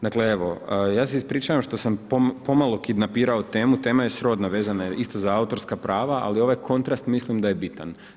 Dakle, ja se ispričavam što sam pomalo kidnapirao temu, tema je srodna vezana je isto za autorska prava, ali ovaj kontrast mislim da je bitan.